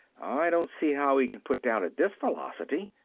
i don't see how he can put down at this velocity.